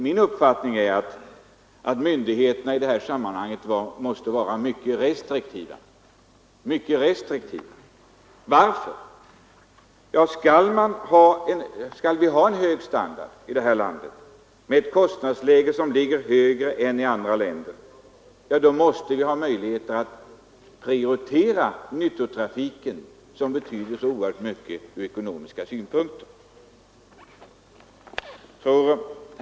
Min uppfattning är att myndigheterna i det fallet måste vara försiktiga med inskränkningarna. Varför? Jo, därför att om vi vill ha en hög standard här i landet — med ett kostnadsläge som ligger högre än i andra länder — så måste vi också ha möjligheter att prioritera nyttotrafiken, som betyder så oerhört mycket från ekonomiska synpunkter.